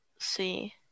see